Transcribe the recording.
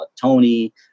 Tony